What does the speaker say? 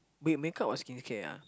babe make-up or skincare ah